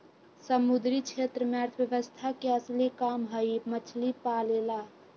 समुद्री क्षेत्र में अर्थव्यवस्था के असली काम हई मछली पालेला